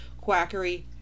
quackery